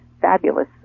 fabulous